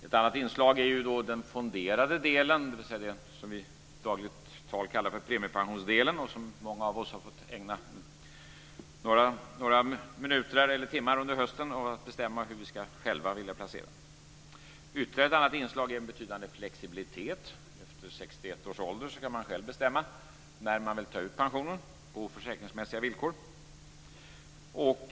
Ett annat inslag är den fonderade delen, dvs. det som vi i dagligt tal kallar för premiepensionsdelen, och som många av oss fått ägna några minuter eller timmar under hösten för att bestämma hur vi själva vill placera. Ytterligare ett annat inslag är en betydande flexibilitet. Efter 61 års ålder kan man själv bestämma när man vill ta ut pensionen, på försäkringsmässiga villkor.